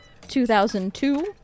2002